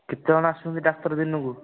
କେତେଜଣ ଆସୁଛନ୍ତି ଡାକ୍ତର ଦିନକୁ